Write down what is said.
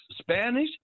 Spanish